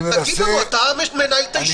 תגיד, אתה מנהל את הישיבה.